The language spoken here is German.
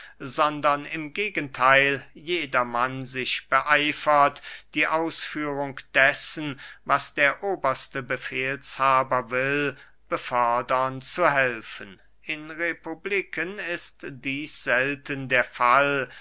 sondern im gegentheil jedermann sich beeiferte die ausführung dessen was der oberste befehlshaber will befördern zu helfen in republiken ist dieß selten der fall